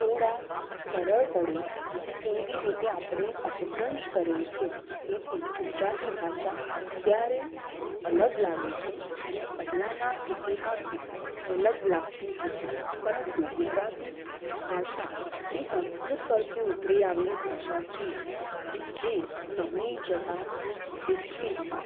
થોડા સરળ પડે તેવી રીતે આપણે અપભ્રંશ કરેલા છે તેથી ગુજરાતી ભાષા અત્યારે અલગ લાગે છે અને પહેલાંના ઇતિહાસમાં અલગ લાગતી હતી પરંતુ ગુજરાતી ભાષા એ સંસ્કૃત પરથી ઉતરી આવેલી ભાષા છે જે સમય જતાં વિકસી છે